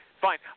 Fine